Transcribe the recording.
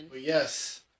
yes